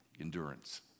Endurance